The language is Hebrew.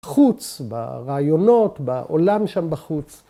‫בחוץ, ברעיונות, בעולם שם בחוץ.